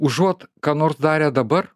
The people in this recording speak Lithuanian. užuot ką nors darę dabar